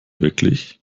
wirklich